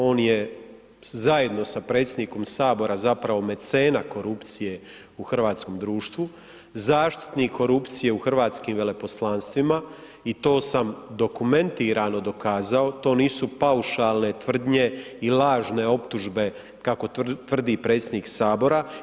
On je zajedno sa predsjednikom Sabora zapravo mecena korupcije u hrvatskom društvu, zaštitnik korupcije u hrvatskim veleposlanstvima i to sam dokumentirano dokazao, to nisu paušalne tvrdnje i lažne optužbe, kako tvrdi predsjednik Sabora.